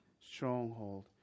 stronghold